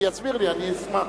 אם הוא יסביר לי אני אשמח,